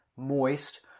moist